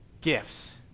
gifts